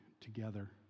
together